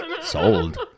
sold